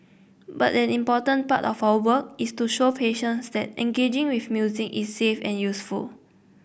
but an important part of our work is to show patients that engaging with music is safe and useful